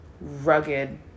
rugged